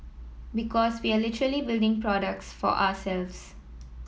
because we are literally building products for ourselves